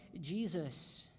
Jesus